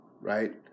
right